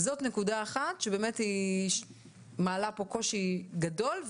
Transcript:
זאת נקודה אחת שבאמת מעלה פה קושי גדול,